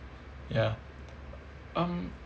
ya um